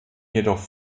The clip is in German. jedoch